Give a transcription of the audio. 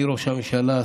מראש הממשלה,